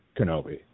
Kenobi